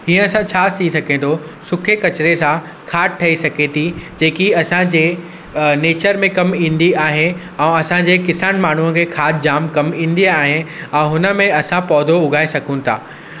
हीअं सां छा थी सघे थो सुके किचिरे सां खाद ठही सघे थी जेकी असांजे नेचर में कमु ईंदी आहे ऐं असांजे किसान माण्हू खे खाद जाम कमु ईंदी आहे ऐं हुनमें असां पौधो उगाए सघूं था